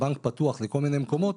כבנק פתוח לכל מיני מקומות,